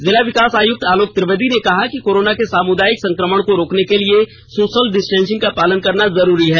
जिला विकास आयुक्त आलोक त्रिवेदी ने कहा कि कोरोना के सामुदायिक संकमण को रोकने के लिए सोषल डिस्टेसिन्ग का पालन करना जरूरी है